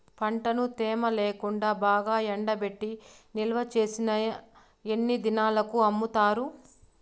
పంటను తేమ లేకుండా బాగా ఎండబెట్టి నిల్వచేసిన ఎన్ని దినాలకు అమ్ముతారు?